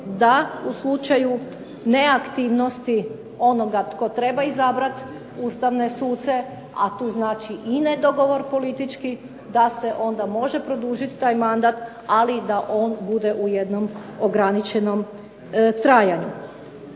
da u slučaju neaktivnosti onoga tko treba izabrat ustavne suce, a tu znači i nedogovor politički, da se onda može produžiti taj mandat, ali da on bude u jednom ograničenom trajanju.